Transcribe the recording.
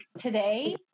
today